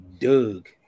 doug